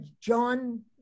John